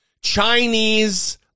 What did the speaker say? chinese